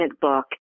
book